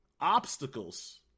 obstacles